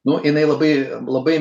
nu jinai labai labai